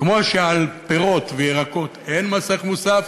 כמו שעל פירות וירקות אין מס ערך מוסף,